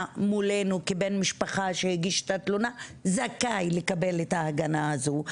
מולנו כבן משפחה שהגיש את התלונה זכאי לקבל את ההגנה הזו.